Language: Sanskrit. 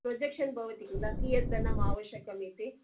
प्रोजेक्शन् भवति खिल कियत् धनम् आवश्यकम् इति